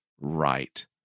right